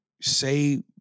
Say